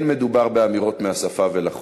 לא מדובר באמירות מהשפה ולחוץ,